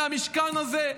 מהמשכן הזה,